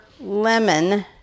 lemon